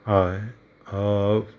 हय